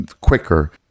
quicker